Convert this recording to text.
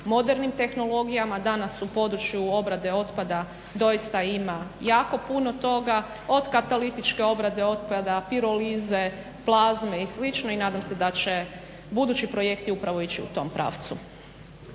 modernim tehnologijama. Danas u području obrade otpada doista ima jako puno toga, od katalitičke obrade otpada, pirolize, plazme i slično i nadam se da će budući projekti upravo ići u tom pravcu.